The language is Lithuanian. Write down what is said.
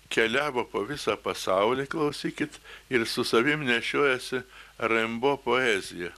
keliavo po visą pasaulį klausykit ir su savim nešiojosi rembo poeziją